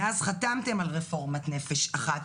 מאז חתמתם על רפורמת "נפש אחת",